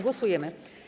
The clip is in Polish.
Głosujemy.